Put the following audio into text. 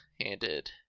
handed